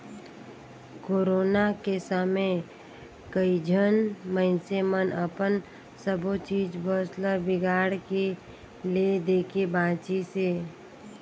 corona के समे कइझन मइनसे मन अपन सबो चीच बस ल बिगाड़ के ले देके बांचिसें